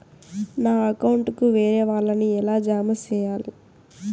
నా అకౌంట్ కు వేరే వాళ్ళ ని ఎలా జామ సేయాలి?